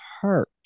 hurt